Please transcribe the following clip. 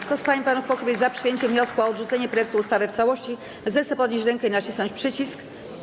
Kto z pań i panów posłów jest za przyjęciem wniosku o odrzucenie projektu ustawy w całości, zechce podnieść rękę i nacisnąć przycisk.